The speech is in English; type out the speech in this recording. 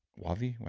wavi?